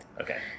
Okay